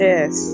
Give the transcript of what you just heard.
Yes